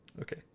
okay